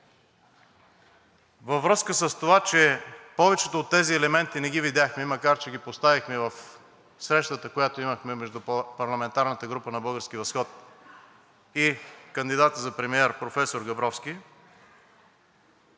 Във връзка с това, че повечето от тези елементи не ги видяхме, макар че ги поставихме в срещата, която имахме между парламентарната група на „Български възход“ и кандидата за премиер професор Габровски,